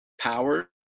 power